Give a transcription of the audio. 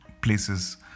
places